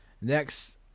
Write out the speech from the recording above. Next